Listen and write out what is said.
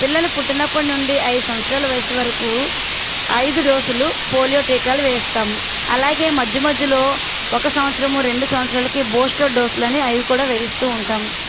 పిల్లలు పుట్టినప్పటి నుండి ఐదు సంవత్సరాల వయసు వరకు ఐదు డోసులు పోలియో టీకాలు వేయిస్తాం అలాగే మధ్య మధ్యలో ఒక సంవత్సరము రెండు సంవత్సరాలకి బూస్టర్ డోసులని అవి కూడా వేయిస్తూ ఉంటాం